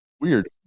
Weird